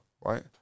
right